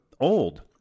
old